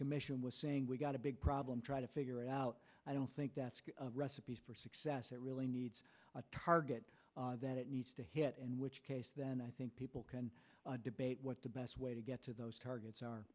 commission was saying we got a big problem trying to figure out i don't think that's a recipe for success it really needs a target that it needs to hit in which case then i think people can debate what the best way to get to those targets are